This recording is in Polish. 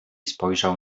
spojrzał